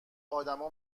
آدما